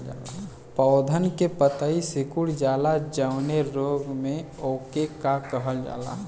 पौधन के पतयी सीकुड़ जाला जवने रोग में वोके का कहल जाला?